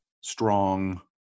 strong